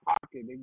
pocket